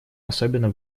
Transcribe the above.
особенно